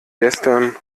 gestern